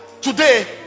today